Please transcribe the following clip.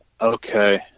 Okay